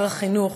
שר החינוך,